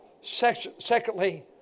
Secondly